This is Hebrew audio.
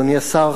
אדוני השר,